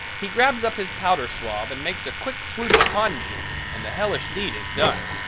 he grabs up his powder swab and makes a quick swoop upon me and the hellish deed is done.